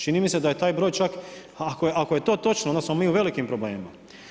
Čini mi se da je taj broj čak ako je to točno onda smo mi u velikim problemima.